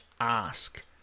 ask